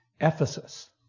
Ephesus